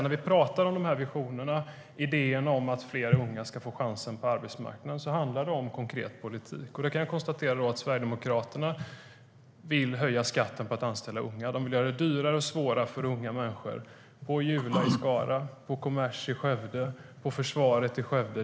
När vi talar om de här visionerna, idéerna om att fler unga ska få chansen på arbetsmarknaden, handlar det om konkret politik. Då kan jag konstatera att Sverigedemokraterna vill höja skatten på att anställa unga. De vill göra det dyrare och svårare för unga människor på Jula i Skara, på Commerce i Skövde, inom försvaret i Skövde.